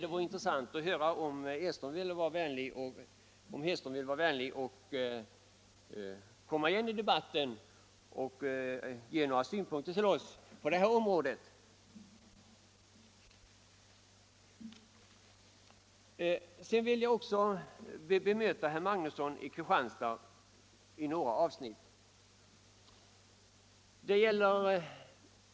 Det vore intressant om herr Hedström ville komma igen i debatten och ge oss några synpunkter på detta. Sedan vill jag också bemöta herr Magnusson i Kristinehamn i några avsnitt.